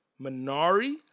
Minari